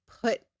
put